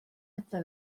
hebdda